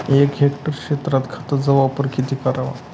एक हेक्टर क्षेत्रात खताचा वापर किती करावा?